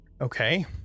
Okay